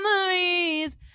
memories